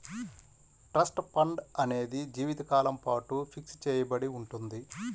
trust fund అనేది జీవితకాలం పాటు ఫిక్స్ చెయ్యబడి ఉంటుంది